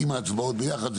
עם ההצבעות ביחד,